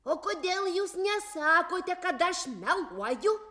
o kodėl jūs nesakote kad aš meluoju